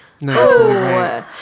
No